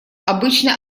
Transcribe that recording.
обычно